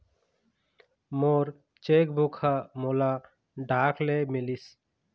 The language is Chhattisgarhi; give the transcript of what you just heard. मोर चेक बुक ह मोला डाक ले मिलिस